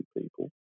people